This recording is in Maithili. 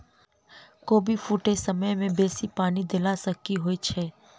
कोबी फूटै समय मे बेसी पानि देला सऽ की होइ छै?